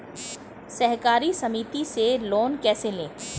सहकारी समिति से लोन कैसे लें?